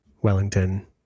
Wellington